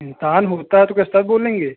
इंसान होता है तो किस ता बोलेंगे